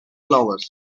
clovers